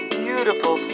beautiful